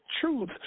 truth